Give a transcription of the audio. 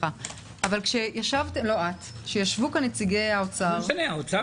ישבו כאן נציגי האוצר